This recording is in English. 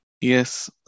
Yes